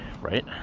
right